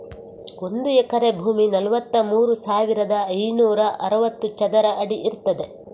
ಒಂದು ಎಕರೆ ಭೂಮಿ ನಲವತ್ತಮೂರು ಸಾವಿರದ ಐನೂರ ಅರವತ್ತು ಚದರ ಅಡಿ ಇರ್ತದೆ